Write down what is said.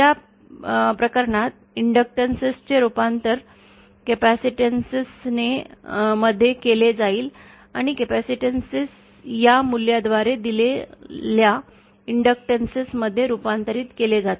त्या प्रकरणात इंडक्टॅन्स चे रूपांतर कॅपेसिटानेसेस मध्ये केले जाईल आणि कॅपेसिटीन्स या मूल्य द्वारे दिलेल्या इंडक्टान्स मध्ये रुपांतरित केले जातील